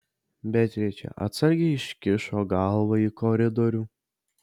beatričė atsargiai iškišo galvą į koridorių